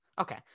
Okay